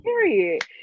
Period